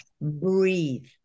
breathe